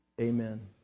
amen